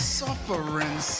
suffering